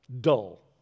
dull